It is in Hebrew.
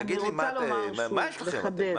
תגיד לי, מה יש לכם?